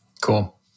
Cool